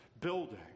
building